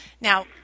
Now